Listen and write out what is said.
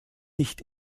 nicht